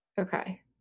Okay